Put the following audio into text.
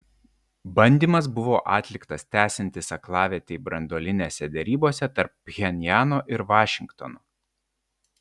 bandymas buvo atliktas tęsiantis aklavietei branduolinėse derybose tarp pchenjano ir vašingtono